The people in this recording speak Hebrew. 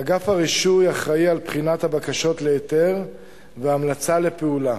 אגף הרישוי אחראי על בחינת הבקשות להיתר והמלצה לפעולה.